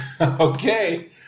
Okay